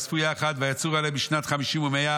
ויאספו יחד ויצורו עליהם בשנת חמישים ומאה